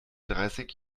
dreißig